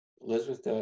Elizabeth